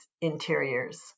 interiors